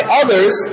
others